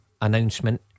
Announcement